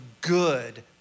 good